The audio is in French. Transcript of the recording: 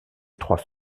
trois